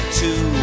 two